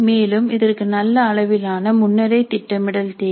மேலும் இதற்கு நல்ல அளவிலான முன்னரே திட்டமிடல் தேவை